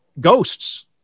ghosts